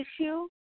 issue